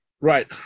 Right